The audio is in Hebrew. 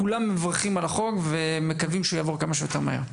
כולם מברכים על החוק ומקווים שהוא יעבור כמה שיותר מהר.